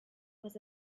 was